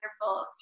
wonderful